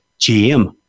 GM